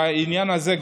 בעניין הזה,